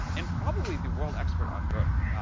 and probably the world expert on growth,